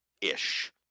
Ish